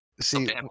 see